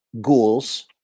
Ghouls